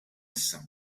issa